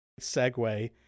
Segue